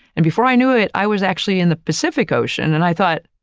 and before i knew it, i was actually in the pacific ocean and i thought,